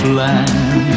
land